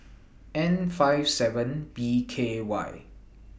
N five seven B K Y